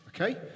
Okay